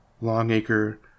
Longacre